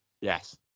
Yes